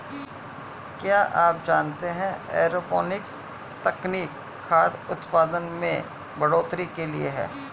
क्या आप जानते है एरोपोनिक्स तकनीक खाद्य उतपादन में बढ़ोतरी के लिए है?